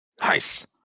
Nice